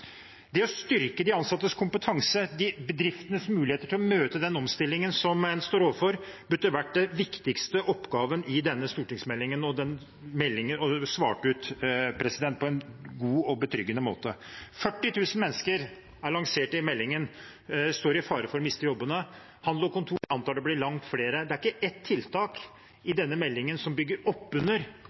Det å styrke de ansattes kompetanse, bedriftenes muligheter til å møte den omstillingen som en står overfor, burde vært den viktigste oppgaven i denne stortingsmeldingen og svart ut på en god og betryggende måte. 40 000 mennesker, er det lansert i meldingen, står i fare for å miste jobbene. Handel og Kontor antar at det blir langt flere. Det er ikke ett tiltak i denne meldingen som bygger opp under